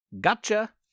Gotcha